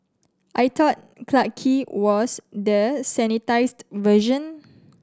I thought Clarke Quay was the sanitised version